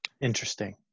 Interesting